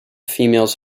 females